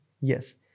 Yes